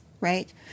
right